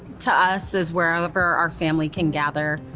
to us, is wherever our family can gather.